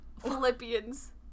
Philippians